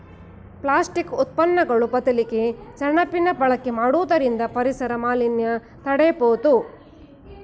plastic ಉತ್ಪನ್ನಗಳು ಬದಲಿಗೆ ಸೆಣಬಿನ ಬಳಕೆ ಮಾಡುವುದರಿಂದ ಪರಿಸರ ಮಾಲಿನ್ಯ ತಡೆಯಬೋದು